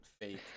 fake